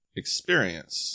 experience